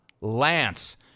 Lance